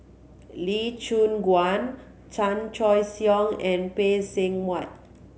Lee Choon Guan Chan Choy Siong and Phay Seng Whatt